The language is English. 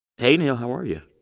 hey, neil. how are you?